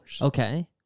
Okay